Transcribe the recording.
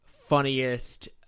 funniest